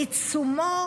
בעיצומם